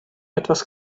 etwas